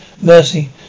Mercy